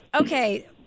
Okay